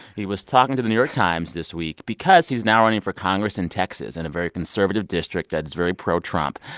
he was talking to the new york times this week because he's now running for congress in texas in a very conservative district that's very pro-trump.